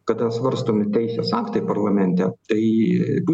kada svarstomi teisės aktai parlamente tai būtent iš tos labiau